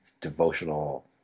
devotional